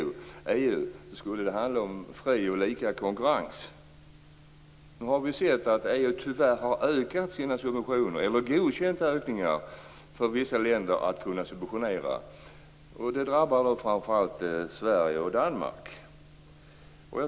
EU skulle ju handla om fri och lika konkurrens. Nu har vi sett att EU tyvärr har godkänt möjligheten för vissa länder att öka sina subventioner. Det drabbar framför allt Sverige och Danmark.